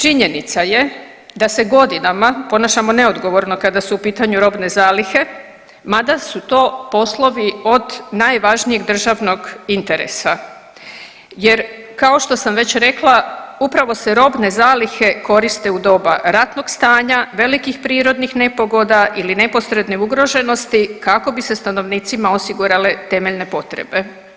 Činjenica je da se godinama ponašamo neodgovorno kada su u pitanju robne zalihe, mada su to poslovi od najvažnijeg državnog interesa jer kao što sam već rekla upravo se robne zalihe koriste u doba ratnog stanja, velikih prirodnih nepogoda ili neposredne ugroženosti kako bi se stanovnicima osigurale temeljne potrebe.